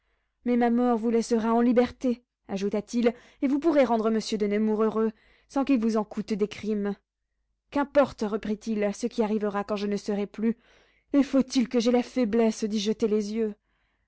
mais ma mort vous laissera en liberté ajouta-t-il et vous pourrez rendre monsieur de nemours heureux sans qu'il vous en coûte des crimes qu'importe reprit-il ce qui arrivera quand je ne serai plus et faut-il que j'aie la faiblesse d'y jeter les yeux